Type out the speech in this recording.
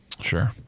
Sure